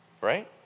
Right